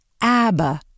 Abba